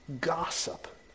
gossip